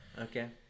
Okay